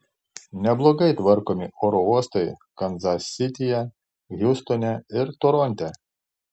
neblogai tvarkomi oro uostai kanzas sityje hjustone ir toronte